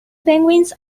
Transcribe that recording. penguins